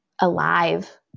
alive